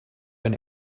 when